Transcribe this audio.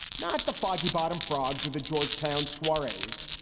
not the foggy bottom frogs or the georgetown soirees.